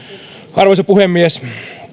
arvoisa puhemies